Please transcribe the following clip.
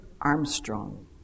Armstrong